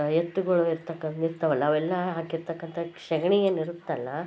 ಎತ್ತುಗಳು ಇರತಕ್ಕ ಇರ್ತವಲ್ಲ ಅವೆಲ್ಲ ಹಾಕಿರ್ತಕ್ಕಂಥ ಸಗ್ಣಿ ಏನಿರುತ್ತಲ್ಲ